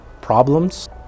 problems